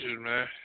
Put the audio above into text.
man